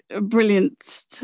brilliant